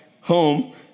home